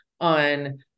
on